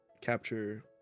capture